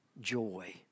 joy